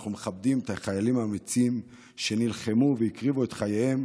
אנחנו מכבדים את החיילים האמיצים שנלחמו והקריבו את חייהם